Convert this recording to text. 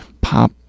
pop